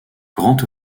grand